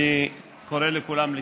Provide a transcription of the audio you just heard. אני קורא לכולם לתמוך.